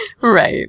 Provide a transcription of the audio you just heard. Right